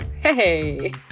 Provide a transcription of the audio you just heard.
Hey